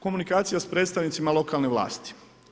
Komunikacija s predstavnicima lokalne vlasti.